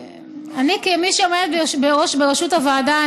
כמי שעומדת בראשות הוועדה,